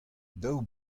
daou